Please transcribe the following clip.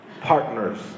partners